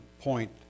point